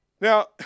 Now